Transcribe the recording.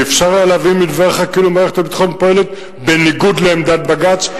אפשר היה להבין מדבריך כאילו מערכת הביטחון פועלת בניגוד לעמדת בג"ץ,